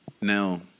now